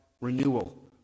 renewal